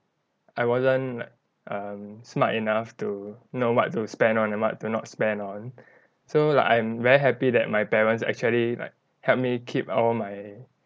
I wasn't like um smart enough to know what to spend on and what to not spend on so like I'm very happy that my parents actually like help me keep all my